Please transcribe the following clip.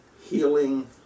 healing